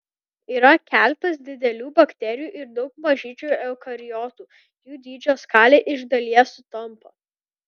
yra keletas didelių bakterijų ir daug mažyčių eukariotų jų dydžio skalė iš dalies sutampa